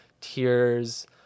tears